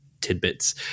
tidbits